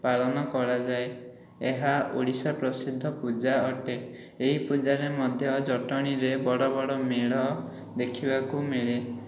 ପାଳନ କରାଯାଏ ଏହା ଓଡ଼ିଶା ପ୍ରସିଦ୍ଧ ପୂଜା ଅଟେ ଏଇ ପୂଜାରେ ମଧ୍ୟ ଜଟଣୀରେ ବଡ଼ ବଡ଼ ମେଢ଼ ଦେଖିବାକୁ ମିଳେ